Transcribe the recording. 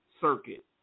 circuit